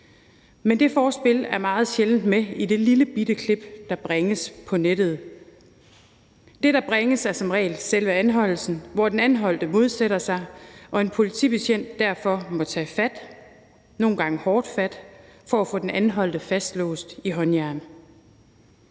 Men det forspil er meget sjældent med i det lillebitte klip, der bringes på nettet. Det, der bringes, er som regel selve anholdelsen, hvor den anholdte modsætter sig og en politibetjent derfor må tage fat – nogle gange hårdt fat – for at få den anholdte fastlåst i håndjern.